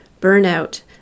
burnout